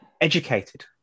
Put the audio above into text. educated